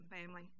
family